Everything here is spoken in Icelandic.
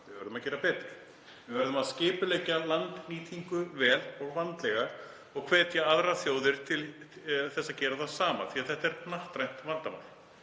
Við verðum að gera betur. Við verðum að skipuleggja landnýtingu vel og vandlega og hvetja aðrar þjóðir til þess að gera hið sama af því að þetta er hnattrænt vandamál.